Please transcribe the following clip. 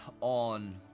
on